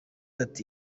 ati